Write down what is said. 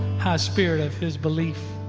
high-spirit of his belief